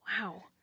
wow